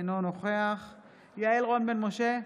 אינו נוכח יעל רון בן משה,